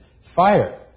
Fire